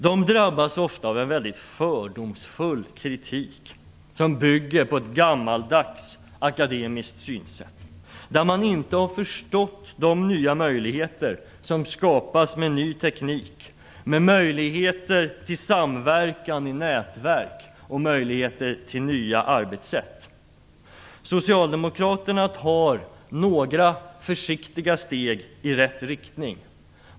De drabbas ofta av en mycket fördomsfull kritik som bygger på ett gammaldags akademiskt synsätt där man inte har förstått de nya möjligheter som skapas med ny teknik, med möjligheter till samverkan i nätverk och möjligheter till nya arbetssätt. Socialdemokraterna tar några försiktiga steg i rätt riktning.